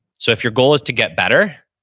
so if your goal is to get better,